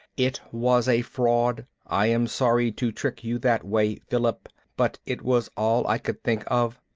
it was a fraud. i am sorry to trick you that way, philip, but it was all i could think of.